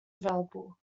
available